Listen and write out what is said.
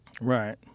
Right